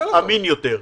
אמין יותר.